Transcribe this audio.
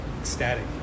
ecstatic